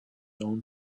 own